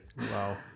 Wow